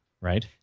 right